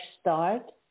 start